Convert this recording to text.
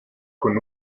con